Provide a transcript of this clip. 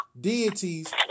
deities